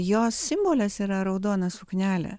jos simbolis yra raudona suknelė